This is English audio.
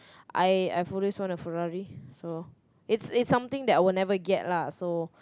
I I've always want a Ferrari so it's it's something that I will never get lah so